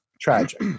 tragic